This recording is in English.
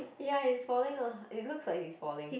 ya he's falling oh it looks like he's falling